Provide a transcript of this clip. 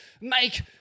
make